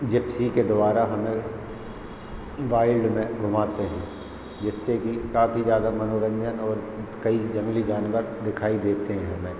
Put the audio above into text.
Gypsy के द्वारा हमें वाइल्ड में घुमाते हैं जिससे कि काफ़ी ज़्यादा मनोरंजन और कई जंगली जानवर दिखाई देते हैं हमें